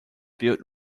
built